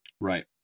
right